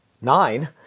nine